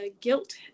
guilt